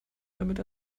damit